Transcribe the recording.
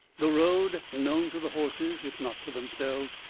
the road, known to the horses, if not to themselves,